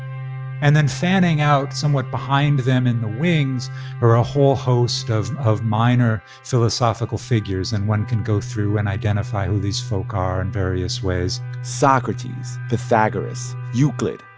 and then fanning out somewhat behind them in the wings are a whole host of of minor philosophical figures. and one can go through and identify who these folk are in various ways socrates, pythagoras, euclid,